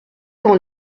dans